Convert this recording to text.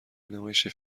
نمایش، یه